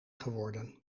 geworden